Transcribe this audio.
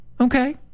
Okay